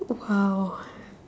!wow!